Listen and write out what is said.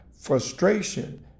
frustration